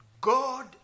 God